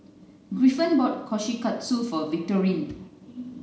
Griffin bought Kushikatsu for Victorine